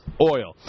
oil